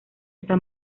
está